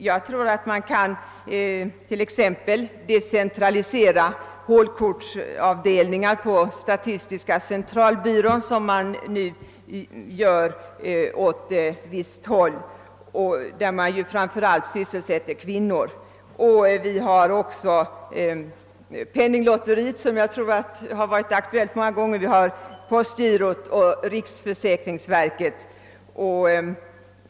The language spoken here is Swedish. Jag tror att man t.ex. kan decentralisera hålkortsavdelningar på statistiska centralbyrån, något som nu sker åt visst håll och där man framför allt sysselsätter kvinnor. Vi har Penninglotteriet, som varit aktuellt många gånger, vi har postgirot och riksförsäkringsverket.